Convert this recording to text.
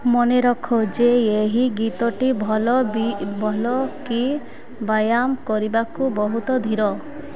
ମନେରଖ ଯେ ଏହି ଗୀତଟି ଭଲ ବି ଭଲ କି ବ୍ୟାୟାମ କରିବାକୁ ବହୁତ ଧୀର